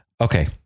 Okay